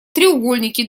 треугольники